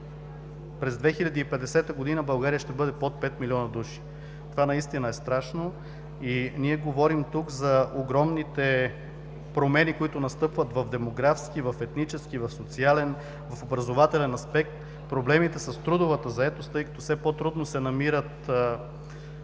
през 2050 г. България ще бъде под 5 милиона души. Това наистина е страшно! Ние говорим тук за огромните промени, които настъпват в демографски, в етнически, в социален, в образователен аспект, проблемите с трудовата заетост, тъй като все по-трудно се намират